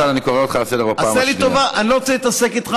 אל תעשה את זה.